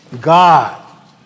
God